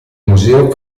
museo